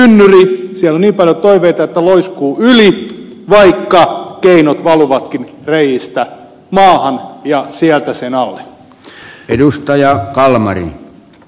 siellä on niin paljon toiveita että loiskuu yli vaikka keinot valuvatkin reiistä maahan ja sieltä sen alle